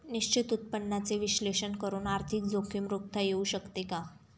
निश्चित उत्पन्नाचे विश्लेषण करून आर्थिक जोखीम रोखता येऊ शकते का?